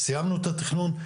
אבל סיימנו את התכנון,